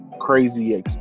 crazy